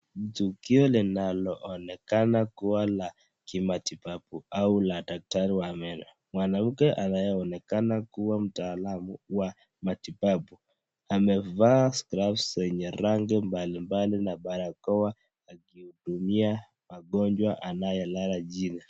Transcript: Tukio linaloonekana kuwa la kimatibabu au la daktari wa meno. Mwanamke anayeonekana kuwa mtaalamu wa matibabu amevaa scraf za rangi mbalimbali na parakoa akihudumia mgonjwa anayelala chini.